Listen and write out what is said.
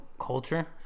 culture